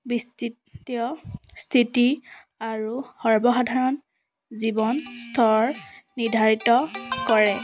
বিস্তৃতীয় স্থিতি আৰু সৰ্বসাধাৰণ জীৱন স্তৰ নিৰ্ধাৰিত কৰে